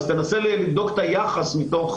אז תנסה לבדוק את היחס מתוך,